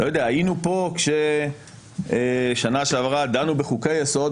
היינו פה בשנה שעברה כשדנו בחוקי-היסוד,